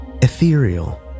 Ethereal